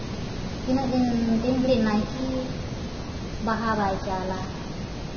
ᱛᱤᱱᱟᱹᱜ ᱫᱤᱱ ᱛᱤᱱ ᱜᱷᱟᱹᱲᱤᱡ ᱱᱟᱭᱠᱮ ᱵᱟᱦᱟ ᱵᱟᱭ ᱪᱟᱞᱟ